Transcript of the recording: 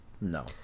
no